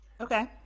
Okay